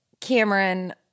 Cameron